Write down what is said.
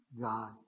God